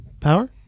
Power